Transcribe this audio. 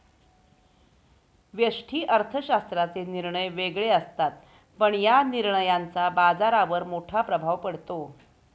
व्यष्टि अर्थशास्त्राचे निर्णय वेगळे असतात, पण या निर्णयांचा बाजारावर मोठा प्रभाव पडतो